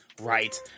right